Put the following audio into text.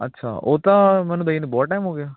ਅੱਛਾ ਉਹਾ ਤਾਂ ਮੈਨੂੰ ਦਈ ਨੂੰ ਬਹੁਤ ਟਾਈਮ ਹੋ ਗਿਆ